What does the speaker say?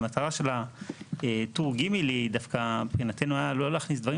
המטרה של טור ג' היא דווקא הוראה לא להכניס דברים